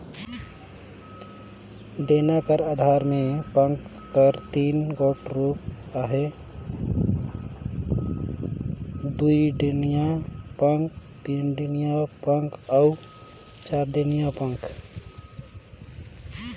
डेना कर अधार मे पंखा कर तीन गोट रूप अहे दुईडेनिया पखा, तीनडेनिया पखा अउ चरडेनिया पखा